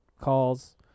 calls